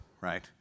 right